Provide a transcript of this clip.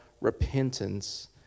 repentance